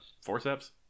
forceps